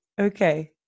Okay